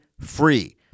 free